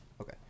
Okay